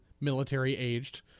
military-aged